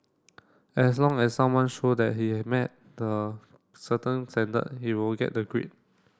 as long as someone show that he has met the certain standard he will get the grade